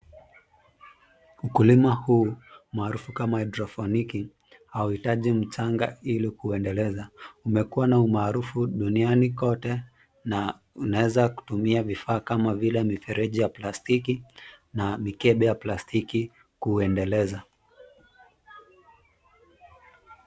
Ukulima huu maarufu kama hydrofoniki hauhitaji mchanga ili kuendeleza. Umekuwa na umaarufu duniani kote na unaweza kutumia vifaa kama vile mifereji ya plastiki na mikebe ya plastiki kuuendeleza.